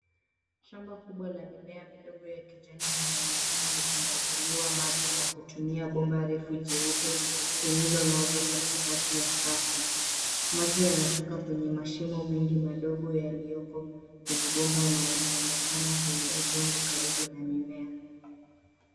Shamba kubwa la mimea midogo ya kijani linaonekana likimwagiliwa maji kwa kutumia bomba refu jeupe lililolazwa katikati ya safu. Maji yanatoka kwenye mashimo mengi madogo yaliyoko kwenye bomba na yanaonekana kwenye udongo karibu na mimea.